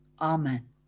Amen